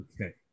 okay